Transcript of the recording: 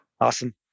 Awesome